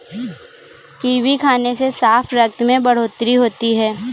kiwi खाने से साफ रक्त में बढ़ोतरी होती है